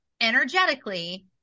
energetically